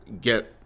get